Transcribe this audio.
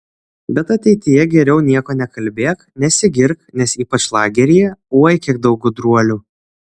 bet ateityje geriau nieko nekalbėk nesigirk nes ypač lageryje oi kiek daug gudruolių